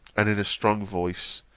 and in a strong voice,